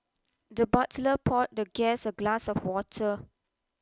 the butler poured the guest a glass of water